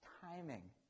timing